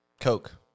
Coke